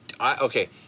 okay